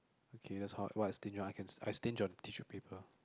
okay that's how what I stinge I stinge on tissue paper